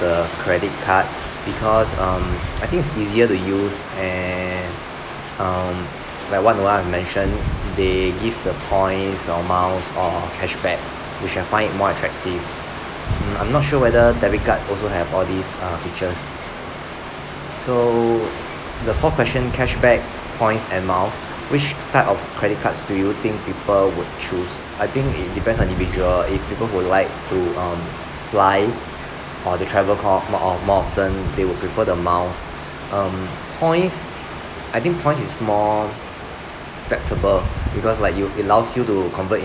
the credit card because um I think it's easier to use and um like what noel had mentioned they give the points or miles or cashback which I find it more attractive mm I'm not sure whether debit card also have all these uh features so the fourth question cashback points and miles which type of credit cards do you think people would choose I think it depends on individual if people who like to um fly or they travel more of~ more of~ more often they would prefer the miles um points I think points is more flexible because like you it allows you to convert